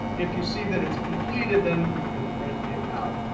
if you see that it's completed, then you can print it out.